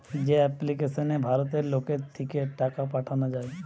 যে এপ্লিকেশনে ভারতের লোকের থিকে টাকা পাঠানা যায়